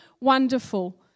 wonderful